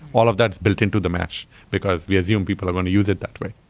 all of that's built into the mesh, because we assume people are going to use it that way.